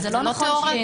זה לא תיאורטי.